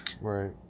Right